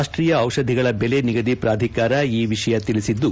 ರಾಷ್ಟೀಯ ಔಷಧಿಗಳ ದೆಲೆ ನಿಗದಿ ಪ್ರಾಧಿಕಾರ ಈ ವಿಷಯ ತಿಳಿಬದ್ದು